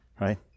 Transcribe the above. right